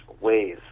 ways